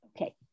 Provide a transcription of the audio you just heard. okay